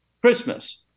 Christmas